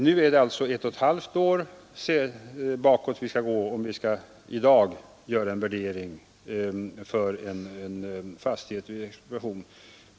Om vi i dag skall göra en värdering av en fastighet vid expropriation, skall vi gå ett och ett halvt år tillbaka i tiden.